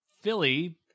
Philly